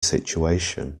situation